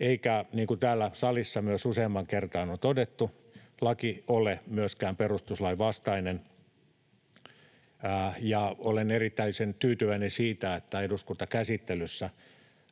Eikä, niin kuin myös täällä salissa useampaan kertaan on todettu, laki ole myöskään perustuslain vastainen. Olen erityisen tyytyväinen siitä, että eduskuntakäsittelyssä